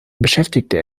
beschäftigte